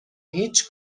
هیچ